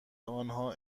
آنها